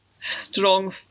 strong